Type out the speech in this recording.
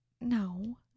no